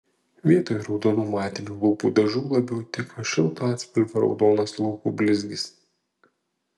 vietoj raudonų matinių lūpų dažų labiau tiktų šilto atspalvio raudonas lūpų blizgis